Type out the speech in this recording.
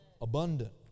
abundant